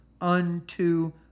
unto